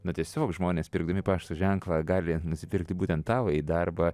na tiesiog žmonės pirkdami pašto ženklą gali nusipirkti būtent tavąjį darbą